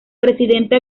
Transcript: presidente